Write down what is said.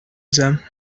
them